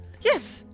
Yes